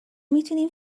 میتونین